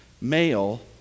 male